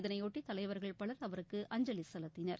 இதனையொட்டி தலைவர்கள் பலர் அவருக்கு அஞ்சலி செலுத்தினர்